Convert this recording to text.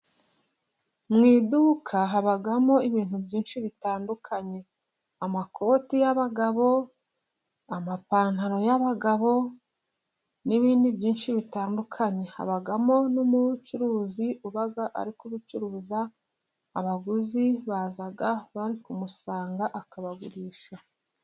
Mu iduka habamo ibintu byinshi bitandukanye. Amakoti y'abagabo amapantaro y'abagabo n'ibindi byinshi bitandukanye. Habamo n'umucuruzi uba arikubucuruza. Abaguzi bazabamusanga akabagurisha.